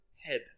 head